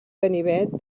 ganivet